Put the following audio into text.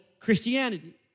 Christianity